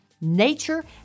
nature